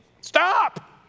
Stop